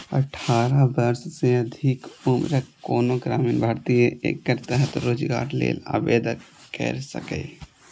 अठारह वर्ष सँ अधिक उम्रक कोनो ग्रामीण भारतीय एकर तहत रोजगार लेल आवेदन कैर सकैए